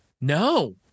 No